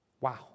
Wow